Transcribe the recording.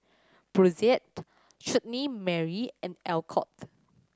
Brotzeit Chutney Mary and Alcott